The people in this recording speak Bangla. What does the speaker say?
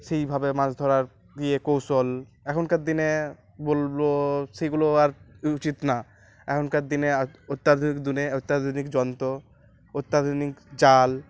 সেইভাবে মাছ ধরার গিয়ে কৌশল এখনকার দিনে বললো সেইগুলো আর উচিত না এখনকার দিনে অত্যাধুনিক দিনে অত্যাধুনিক যন্ত্র অত্যাধুনিক জাল